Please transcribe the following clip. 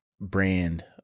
brand